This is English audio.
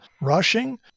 rushing